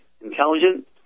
intelligent